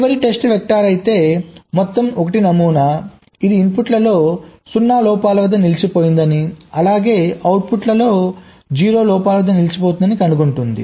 చివరి test vector అయితే మొత్తం 1 నమూనా ఇది ఇన్పుట్లో 0 లోపాల వద్ద నిలిచిపోయిందని అలాగే అవుట్పుట్లో 0 లోపాల వద్ద నిలిచిపోతుందని కనుగొంటుంది